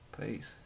Peace